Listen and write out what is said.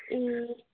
ए